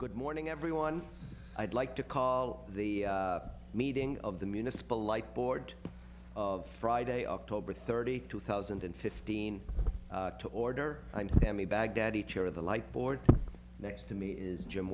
good morning everyone i'd like to call the meeting of the municipal like board of friday october thirty two thousand and fifteen to order i'm sammy baghdadi chair of the light board next to me is jim